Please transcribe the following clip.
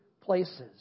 places